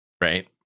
right